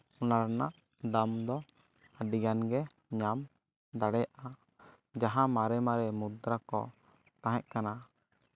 ᱚᱱᱟ ᱨᱮᱱᱟᱜ ᱫᱟᱢ ᱫᱚ ᱟᱹᱰᱤᱜᱟᱱ ᱜᱮ ᱧᱟᱢ ᱫᱟᱲᱮᱭᱟᱜᱼᱟ ᱡᱟᱦᱟᱸ ᱢᱟᱨᱮ ᱢᱟᱨᱮ ᱢᱩᱫᱽᱨᱟ ᱠᱚ ᱛᱟᱦᱮᱸ ᱠᱟᱱᱟ